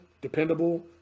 dependable